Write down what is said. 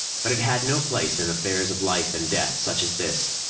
but it had no place in affairs of life and death such as this.